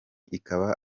ikaba